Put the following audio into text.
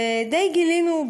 וגילינו,